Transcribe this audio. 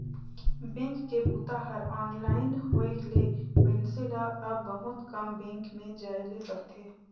bank के बूता हर ऑनलाइन होए ले मइनसे ल अब बहुत कम बेंक में जाए ले परथे